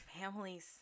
families